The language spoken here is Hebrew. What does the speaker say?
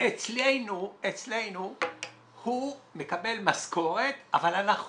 אצלנו הוא מקבל משכורת אבל אנחנו